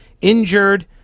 injured